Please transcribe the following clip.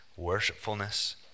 worshipfulness